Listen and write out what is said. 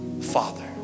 Father